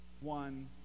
one